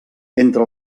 entre